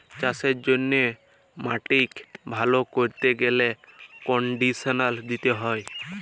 চাষের জ্যনহে মাটিক ভাল ক্যরতে গ্যালে কনডিসলার দিতে হয়